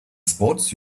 sports